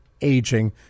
Aging